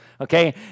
Okay